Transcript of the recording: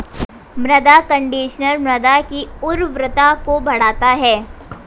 मृदा कंडीशनर मृदा की उर्वरता को बढ़ाता है